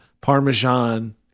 parmesan